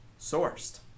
sourced